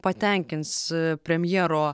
patenkins premjero